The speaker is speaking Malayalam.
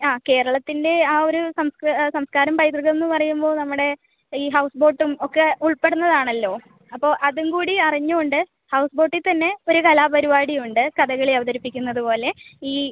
ആ കേരളത്തിൻ്റെ ആ ഒരു സംസ്കാരം പൈതൃകമെന്ന് പറയുമ്പോൾ നമ്മുടെ ഈ ഹൗസ് ബോട്ടും ഒക്കെ ഉൾപ്പെടുന്നത് ആണല്ലോ അപ്പോൾ അതും കൂടി അറിഞ്ഞുകൊണ്ട് ഹൗസ് ബോട്ടിൽ തന്നെ ഒരു കലാപരിപാടിയും ഉണ്ട് കഥകളി അവതരിപ്പിക്കുന്നത് പോലെ ഈ